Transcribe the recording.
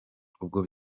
ubwo